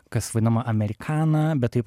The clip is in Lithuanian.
kas vadinama amerikana bet taip